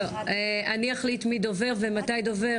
אני יכולתי לספר לכן